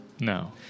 No